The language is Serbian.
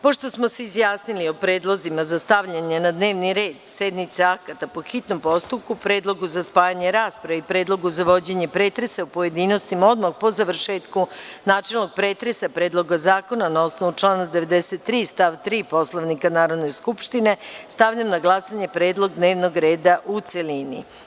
Pošto smo se izjasnili o predlozima za stavljanje na dnevni red sednice akata po hitnom postupku, predlogu za spajanje rasprave i predlogu za vođenje pretresa u pojedinostima odmah po završetku načelnog pretresa Predloga zakona, na osnovu člana 93. stav 3. Poslovnika Narodne skupštine, stavljam na glasanje predlog dnevnog reda u celini.